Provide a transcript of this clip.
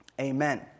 Amen